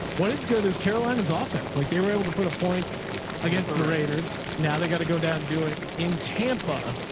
what is good is carolina's ah offense. like they were able to put a points against the raiders. now they've got to go down and do it in tampa.